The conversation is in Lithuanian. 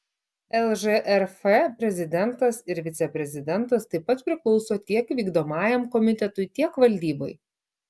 lžrf prezidentas ir viceprezidentas taip pat priklauso tiek vykdomajam komitetui tiek valdybai